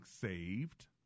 saved